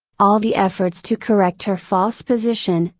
all the efforts to correct her false position,